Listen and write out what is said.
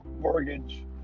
mortgage